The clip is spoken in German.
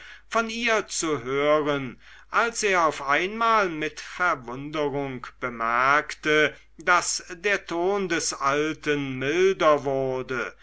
von ihr zu hören als er auf einmal mit verwunderung bemerkte daß der ton des alten milder wurde